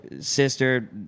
sister